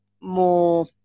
more